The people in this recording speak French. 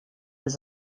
les